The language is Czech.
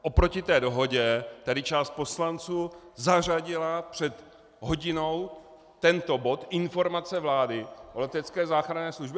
Oproti té dohodě tady část poslanců zařadila před hodinou tento bod Informace vlády o letecké záchranné službě.